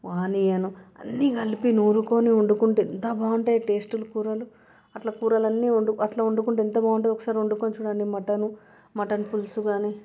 onion అన్నీ కలిపి నూరుకొని వండుకుంటే ఎంత బాగుంటుంది టేస్టులు కూరలు అలా కూరలన్నీ వండి అలా వండుకుంటే ఎంత బాగుంటుంది ఒకసారి వండుకొని చూడండి మటను మటన్ పులుసు కానీ